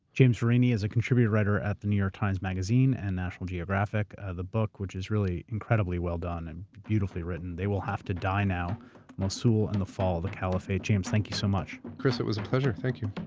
james verini is a contributing writer at the new york times magazine and national geographic. the book, which is really incredibly well done and beautifully written, they will have to die now mosul and the fall of the caliphate. james, thank you so much. chris, it was a pleasure. thank you.